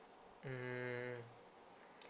mm